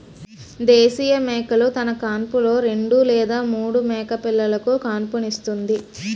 దేశీయ మేకలు తన కాన్పులో రెండు లేదా మూడు మేకపిల్లలుకు కాన్పుస్తుంది